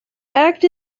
act